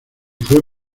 fue